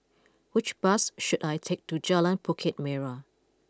which bus should I take to Jalan Bukit Merah